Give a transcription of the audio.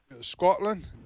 Scotland